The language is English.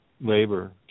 labor